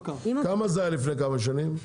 כמה זה היה לפני כמה שנים?